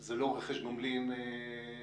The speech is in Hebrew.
זה לא רכש גומלין פורמלי,